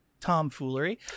tomfoolery